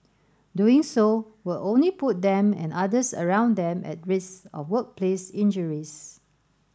doing so will only put them and others around them at risk of workplace injuries